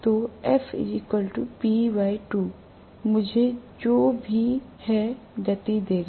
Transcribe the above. तो f p 2 मुझे जो भी गति है देगा